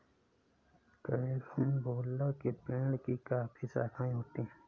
carambola के पेड़ की काफी शाखाएं होती है